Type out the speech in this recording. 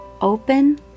open